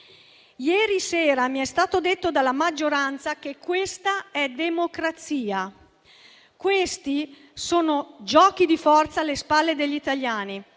Ieri sera mi è stato detto dalla maggioranza che questa è democrazia. Questi sono giochi di forza alle spalle degli italiani;